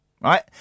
Right